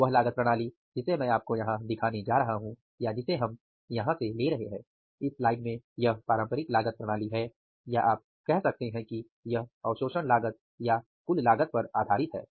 वह लागत प्रणाली जिसे मैं आपको यहां दिखाने जा रहा हूं या जिसे हम यहाँ ले रहे हैं इस स्लाइड में यह पारंपरिक लागत प्रणाली है या आप कह सकते हैं कि यह अवशोषण लागत या कुल लागत पर आधारित है